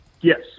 Yes